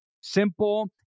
simple